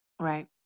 Right